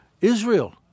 Israel